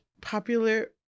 popular